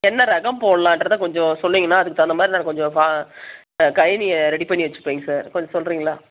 என்ன ரகம் போடலான்றத கொஞ்சம் சொன்னிங்கன்னா அதுக்கு தகுந்தமாதிரி நாங்கள் கொஞ்சம் கைனியை ரெடி பண்ணி வைச்சிப்பேங்க சார் கொஞ்சம் சொல்கிறிங்களா